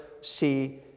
see